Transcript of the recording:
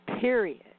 period